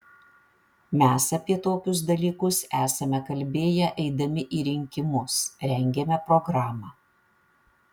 mes apie tokius dalykus esame kalbėję eidami į rinkimus rengėme programą